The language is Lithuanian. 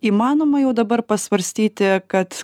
įmanoma jau dabar pasvarstyti kad